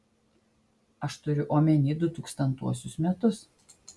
aš turiu omeny du tūkstantuosius metus